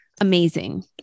amazing